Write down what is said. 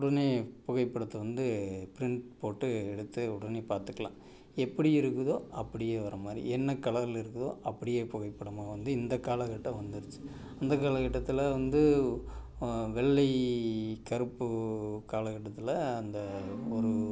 உடனே புகைப்படத்தை வந்து ப்ரிண்ட் போட்டு எடுத்து உடனே பார்த்துக்கலாம் எப்படி இருக்குதோ அப்படியே வர மாதிரி என்ன கலரில் இருக்குதோ அப்படியே புகைப்படமாக வந்து இந்த காலகட்டம் வந்துடுச்சு இந்த காலகட்டத்தில் வந்து வெள்ளை கருப்பு காலகட்டத்தில் அந்த ஒரு